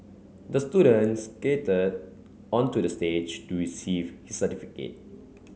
the student skated onto the stage to receive his certificate